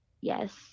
Yes